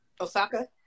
Osaka